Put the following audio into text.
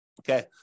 Okay